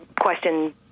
question